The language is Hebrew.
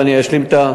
ואני אשלים את,